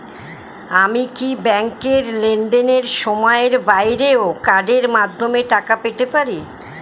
আমি কি ব্যাংকের লেনদেনের সময়ের বাইরেও কার্ডের মাধ্যমে টাকা পেতে পারি?